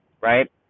right